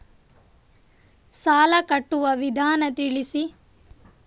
ಸಾಲ ಕಟ್ಟುವ ವಿಧಾನ ತಿಳಿಸಿ?